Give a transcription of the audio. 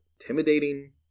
intimidating